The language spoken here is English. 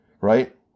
right